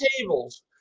tables